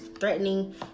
threatening